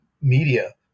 media